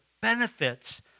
benefits